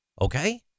Okay